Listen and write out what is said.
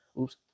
oops